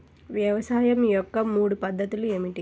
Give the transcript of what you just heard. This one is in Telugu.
వ్యవసాయం యొక్క మూడు పద్ధతులు ఏమిటి?